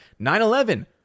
9-11